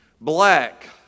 Black